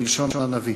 כלשון הנביא.